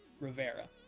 Rivera